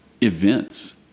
events